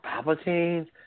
Palpatine